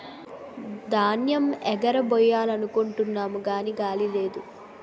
ధాన్యేమ్ ఎగరబొయ్యాలనుకుంటున్నాము గాని గాలి లేదు